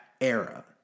era